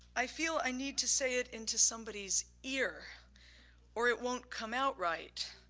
i feel i need to say it into somebody's ear or it won't come out right.